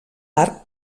arc